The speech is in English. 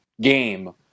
game